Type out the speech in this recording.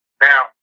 Now